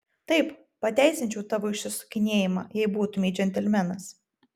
taip pateisinčiau tavo išsisukinėjimą jei būtumei džentelmenas